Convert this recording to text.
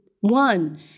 one